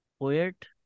poet